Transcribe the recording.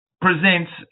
presents